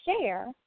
share